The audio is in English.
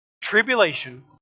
Tribulation